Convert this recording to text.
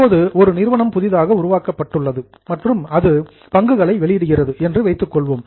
இப்போது ஒரு நிறுவனம் புதிதாக உருவாக்கப்பட்டது மற்றும் அது ஷேர்ஸ் பங்குகளை வெளியிடுகிறது என்று வைத்துக் கொள்ளலாம்